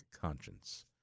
conscience